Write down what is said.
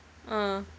ah